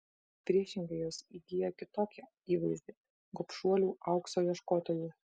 priešingai jos įgyja kitokį įvaizdį gobšuolių aukso ieškotojų